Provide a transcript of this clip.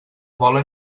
vola